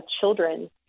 children